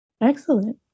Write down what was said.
Excellent